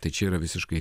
tai čia yra visiškai